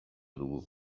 dugu